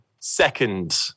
second